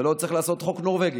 ולא צריך לעשות חוק נורבגי.